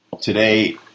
today